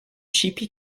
chipie